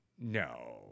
no